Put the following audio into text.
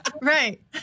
Right